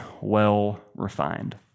well-refined